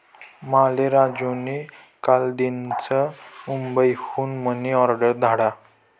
माले राजू नी कालदीनच मुंबई हुन मनी ऑर्डर धाडा